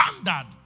standard